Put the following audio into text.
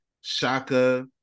Shaka